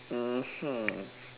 mmhmm